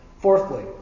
Fourthly